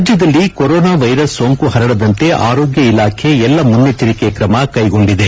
ರಾಜ್ಞದಲ್ಲಿ corona virus ಸೋಂಕು ಪರಡದಂತೆ ಆರೋಗ್ಯ ಇಲಾಖೆ ಎಲ್ಲ ಮುನ್ನೆಚ್ಚರಿಕೆ ಕ್ರಮ ಕೈಗೊಂಡಿದೆ